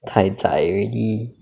太 zai already